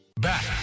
back